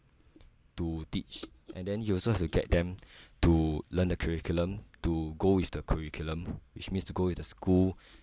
to teach and then you also have to get them to learn the curriculum to go with the curriculum which means to go with the school